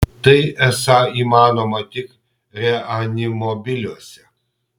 tai esą įmanoma tik reanimobiliuose